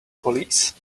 police